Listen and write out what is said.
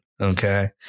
Okay